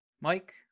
Mike